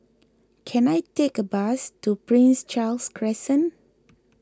can I take a bus to Prince Charles Crescent